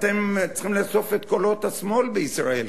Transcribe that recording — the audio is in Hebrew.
אתם צריכים לאסוף את קולות השמאל בישראל.